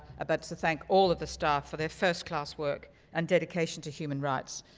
but to thank all of the staff for their first class work and dedication to human rights.